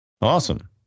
awesome